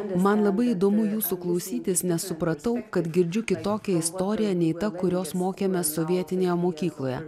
man labai įdomu jūsų klausytis nes supratau kad girdžiu kitokią istoriją nei ta kurios mokėmės sovietinėje mokykloje